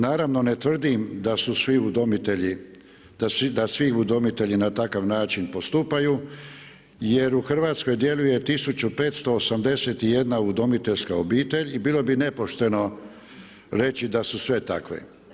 Naravno ne tvrdim da su svi udomitelji, da svi udomitelji na takav način postupaju jer u Hrvatskoj djeluje 1581 udomiteljska obitelj i bilo bi nepošteno reći da su sve takve.